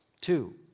Two